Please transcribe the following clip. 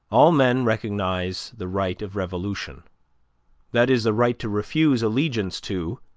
all men recognize the right of revolution that is, the right to refuse allegiance to,